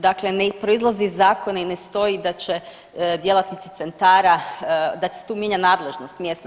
Dakle, ne proizlazi iz zakona i ne stoji da će djelatnici centara, da se tu mijenja nadležnost mjesna.